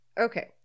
Okay